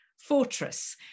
fortress